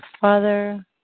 father